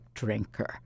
drinker